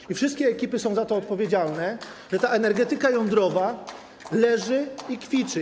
I wszystkie ekipy są za to odpowiedzialne, że ta energetyka jądrowa leży i kwiczy.